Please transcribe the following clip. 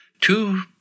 two